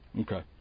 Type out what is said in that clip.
Okay